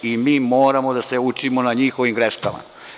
Mi moramo da se učimo na njihovim greškama.